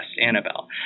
Annabelle